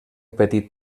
petit